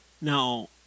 Now